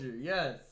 yes